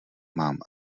mám